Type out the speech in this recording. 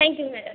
thank you madam